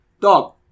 Dog